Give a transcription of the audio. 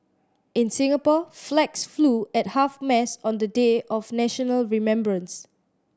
in Singapore flags flew at half mast on the day of national remembrance